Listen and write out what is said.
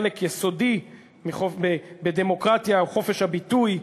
חלק יסודי בדמוקרטיה הוא חופש הביטוי,